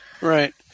right